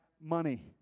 money